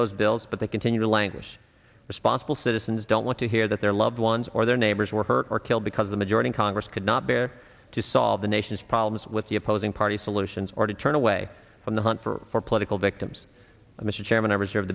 those bills but they continue to languish responsible citizens don't want to hear that their loved ones or their neighbors were hurt or killed because the majority in congress could not bear to solve the nation's problems with the opposing party solutions or to turn away from the hunt for political victims mr chairman i reserve